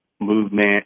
movement